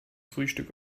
frühstück